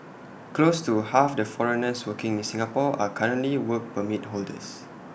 close to half the foreigners working in Singapore are currently Work Permit holders